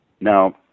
Now